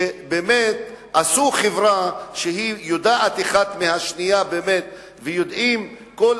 שבאמת יצרו חברה שיודעת אחת על השנייה ויודעים בכל